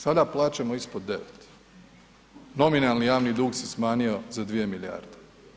Sada plaćamo ispod 9. Nominalni javni dug se smanjio za 2 milijarde.